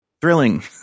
Thrilling